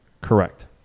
Correct